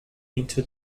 into